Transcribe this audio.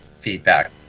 feedback